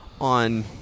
on